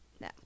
No